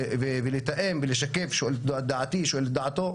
לתאם ולשקף את דעותינו.